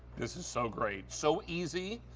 this is so great. so easy,